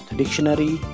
dictionary